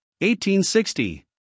1860